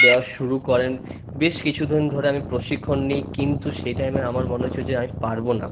দেওয়া শুরু করেন বেশ কিছু দিন ধরে আমি প্রশিক্ষণ নি কিন্তু সেই টাইমে আমার মনে হয়েছে যে আমি পারবো না